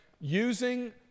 using